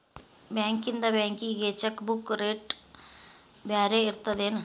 ಬಾಂಕ್ಯಿಂದ ಬ್ಯಾಂಕಿಗಿ cheque book rate ಬ್ಯಾರೆ ಇರ್ತದೇನ್